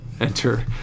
enter